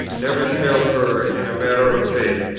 never shall err in a matter of faith,